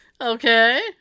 Okay